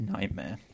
Nightmare